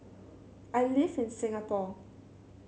I live in Singapore